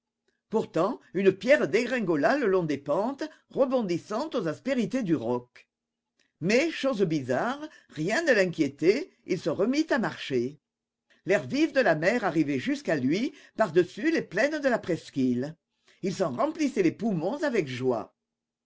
pourtant une pierre dégringola le long des pentes rebondissant aux aspérités du roc mais chose bizarre rien ne l'inquiétait il se remit à marcher l'air vif de la mer arrivait jusqu'à lui par-dessus les plaines de la presqu'île il s'en remplissait les poumons avec joie